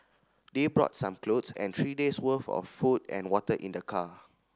they brought some clothes and three days worth of food and water in their car